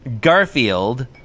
Garfield